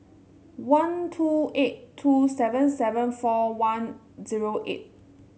one two eight two seven seven four one zero eight